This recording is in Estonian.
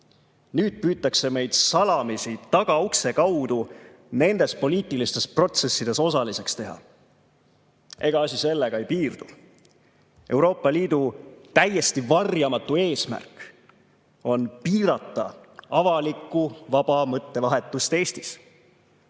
Nüüd püütakse meid salamisi tagaukse kaudu nendes poliitilistes protsessides osaliseks teha. Ega asi sellega ei piirdu. Euroopa Liidu täiesti varjamatu eesmärk on piirata avalikku vaba mõttevahetust Eestis.